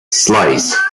slice